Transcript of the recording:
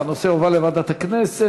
והנושא יובא לוועדת הכנסת,